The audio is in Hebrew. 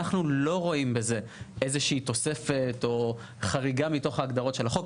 אנחנו לא רואים בזה איזה שהיא תוספת או חריגה מתוך ההגדרות של החוק.